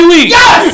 Yes